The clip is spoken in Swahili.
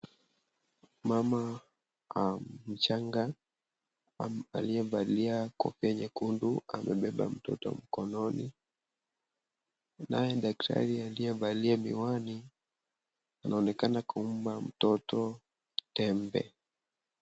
Mama mchanga aliyevalia kope nyekundu amevalia mtoto mkononi. Naye daktari aliyevalia miwani, anaonekana kumpa mtoto tembe.